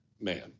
man